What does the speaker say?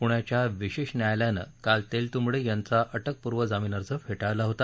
पुण्याच्या विशेष न्यायालयानं काल तेलतुंबडे यांचा अटकपूर्व जामीन अर्ज फेटाळला होता